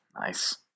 Nice